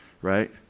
right